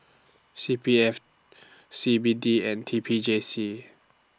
C P F C B D and T P J C